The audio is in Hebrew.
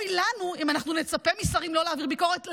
אוי לנו אם אנחנו נצפה משרים לא להעביר ביקורת.